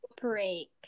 break